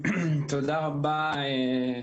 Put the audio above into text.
לצערנו זה תורגל הרבה מאוד פעמים,